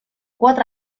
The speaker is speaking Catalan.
quatre